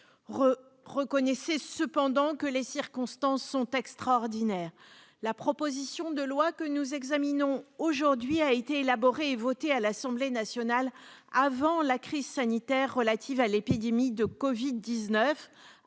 reconnaissait cependant que les circonstances sont extraordinaires, la proposition de loi que nous examinons aujourd'hui a été élaboré et voté à l'Assemblée nationale avant la crise sanitaire relative à l'épidémie de Covid 19